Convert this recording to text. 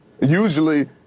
usually